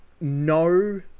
no